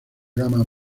gama